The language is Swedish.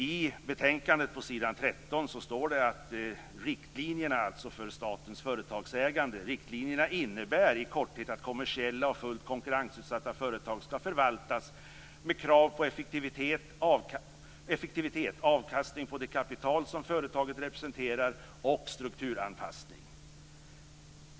I betänkandet på s. 13 står det följande om riktlinjerna för statens företagsägande: "Riktlinjerna innebär i korthet att kommersiella och fullt konkurrensutsatta företag skall förvaltas med krav på effektivitet, avkastning på det kapital företaget representerar och strukturanpassning.